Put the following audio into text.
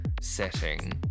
setting